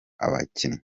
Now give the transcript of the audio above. abakinnyi